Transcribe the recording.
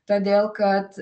todėl kad